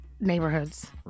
neighborhoods